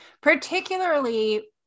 particularly